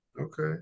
Okay